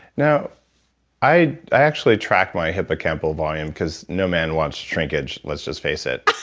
now i i actually track my hippocampal volume because no men wants shrinkage let's just face it.